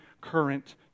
current